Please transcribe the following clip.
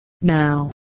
Now